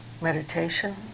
meditation